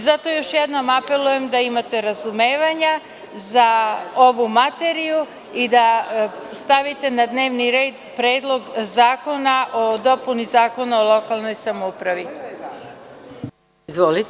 Zato još jednom apelujem da imate razumevanje za ovu materiju i da stavite na dnevni red Predlog zakona o dopuni Zakona o lokalnoj samoupravi.